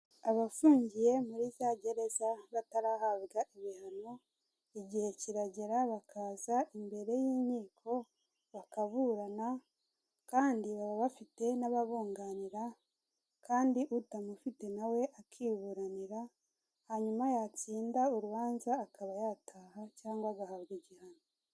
Abafungiye muri za gereza batarahabwa ibihano, igihe kiragera bakaza imbere y'inkiko bakaburana kandi baba bafite n'ababunganira kandi utamufite nawe akiburanira hanyuma yatsinda urubanza akaba yataha cyangwa agahabwa igihano.